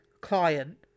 client